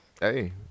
Hey